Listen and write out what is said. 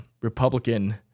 Republican